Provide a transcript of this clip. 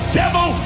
devil